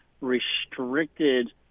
restricted